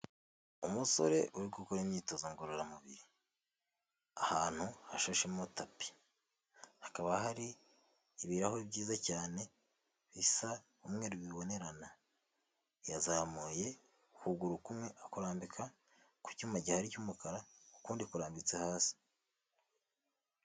Umusore uri gukora imyitozo ngororamubiri ahantu hashashemo tapi, hakaba hari ibirahure byiza cyane bisa umwe bibonerana, yazamuye ukuguru kumwe akurambika ku cyuma gihari cy'umukara ukundi kurambitse hasi.